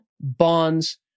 bonds